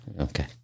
Okay